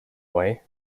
way